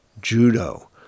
judo